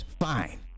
fine